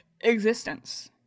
existence